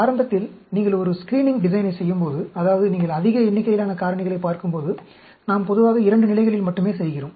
ஆரம்பத்தில் நீங்கள் ஒரு ஸ்கிரீனிங் டிசைனைச் செய்யும்போது அதாவது நீங்கள் அதிக எண்ணிக்கையிலான காரணிகளைப் பார்க்கும்போது நாம் பொதுவாக 2 நிலைகளில் மட்டுமே செய்கிறோம்